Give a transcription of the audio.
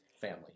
family